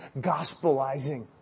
Gospelizing